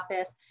Office